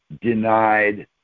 denied